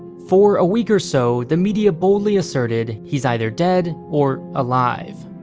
for a week or so, the media boldly asserted he's either dead, or alive.